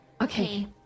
Okay